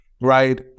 Right